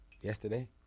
Yesterday